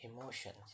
emotions